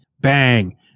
bang